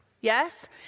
yes